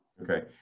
Okay